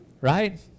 right